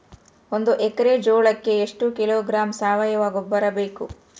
ಒಂದು ಎಕ್ಕರೆ ಜೋಳಕ್ಕೆ ಎಷ್ಟು ಕಿಲೋಗ್ರಾಂ ಸಾವಯುವ ಗೊಬ್ಬರ ಬೇಕು?